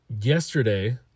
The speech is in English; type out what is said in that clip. Yesterday